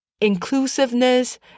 Inclusiveness